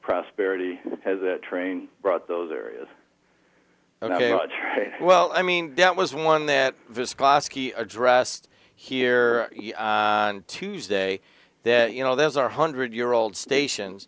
prosperity has that train brought those areas ok well i mean that was one that visclosky addressed here on tuesday that you know those are hundred year old stations